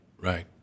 right